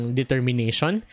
determination